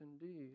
indeed